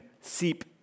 seep